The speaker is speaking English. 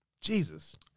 Jesus